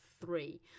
three